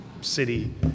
city